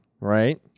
Right